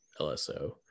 LSO